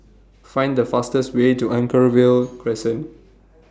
Find The fastest Way to Anchorvale Crescent